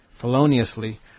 feloniously